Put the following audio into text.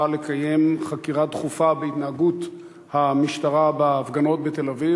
לקיים חקירה דחופה בהתנהגות המשטרה בהפגנות בתל-אביב?